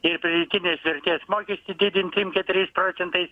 ir pridėtinės vertės mokestį didinti trim keturiais procentais